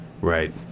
right